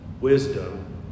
wisdom